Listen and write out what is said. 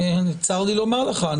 צר לי לומר לך,